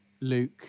Luke